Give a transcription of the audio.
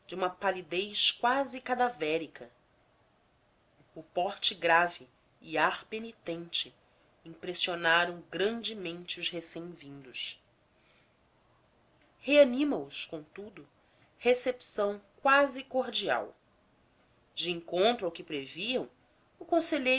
uma palidez quase cadavérica o porte grave e ar penitente impressionaram grandemente os recém vindos o relatório de frei monte marciano reanima os contudo recepção quase cordial de encontro ao que previam o